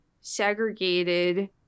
segregated